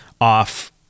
off